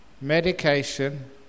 medication